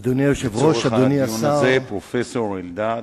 פרופסור אלדד.